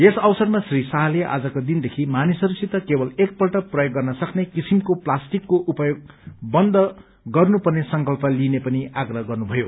यस अवसरमा श्री शाहले आजको दिनदेखि मानिसहरूसित केवल एकपल्ट प्रयोग गर्न सक्ने किसिमको प्लास्टिकको उपयोग बन्द गर्नु पर्ने संकल्प लिइने पनि आग्रह गर्नुभयो